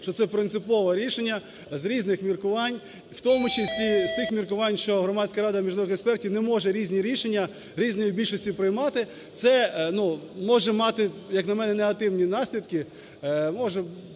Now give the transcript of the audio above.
що це принципове рішення з різних міркувань, в тому числі з тих міркувань, що Громадська рада міжнародних експертів не може різні рішення різною більшістю приймати. Це може мати, як на мене, негативні наслідки, може